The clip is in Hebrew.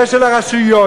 ושל הרשויות,